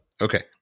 Okay